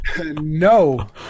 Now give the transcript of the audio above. No